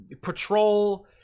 patrol